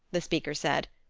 the speaker said,